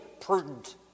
prudent